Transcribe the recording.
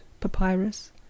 papyrus